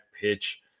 pitch